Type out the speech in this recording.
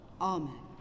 Amen